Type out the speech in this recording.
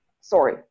Sorry